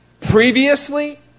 previously